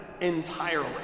entirely